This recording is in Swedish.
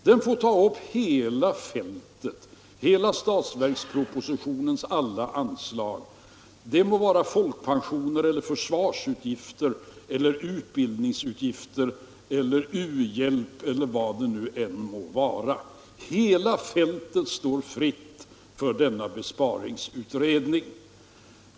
Den får ta upp hela fältet, budgetpropositionens alla anslag — det må vara folkpensioner eller försvarsutgifter eller utbildningsutgifter eller u-hjälp eller någonting annat. Hela fältet står fritt för denna besparingsutredning.